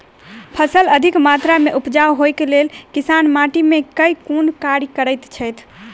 फसल अधिक मात्रा मे उपजाउ होइक लेल किसान माटि मे केँ कुन कार्य करैत छैथ?